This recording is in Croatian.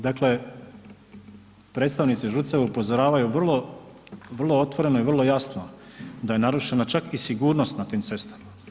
Dakle predstavnici ŽUC-eva upozoravaju vrlo otvoreno i vrlo jasno da je narušena čak i sigurnost na tim cestama.